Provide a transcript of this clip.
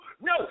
No